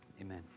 Amen